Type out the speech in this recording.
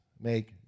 make